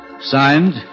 Signed